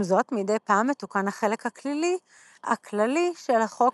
עם זאת מדי פעם מתוקן החלק הכללי של החוק